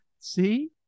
see